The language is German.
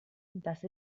das